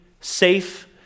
safe